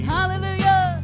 Hallelujah